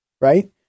Right